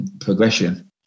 Progression